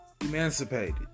emancipated